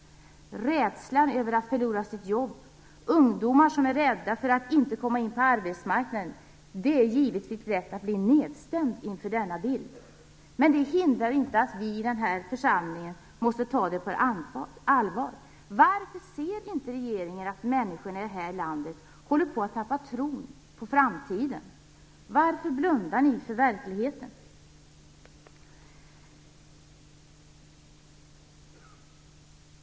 Rädslan för att förlora sitt jobb, ungdomar som är rädda för att inte komma in på arbetsmarknaden - det är givetvis lätt att bli nedstämd inför denna bild. Men det hindrar inte att vi i denna församling måste ta detta på allvar. Varför ser inte regeringen att människorna i detta land håller på att tappa tron på framtiden? Varför blundar regeringen för verkligheten?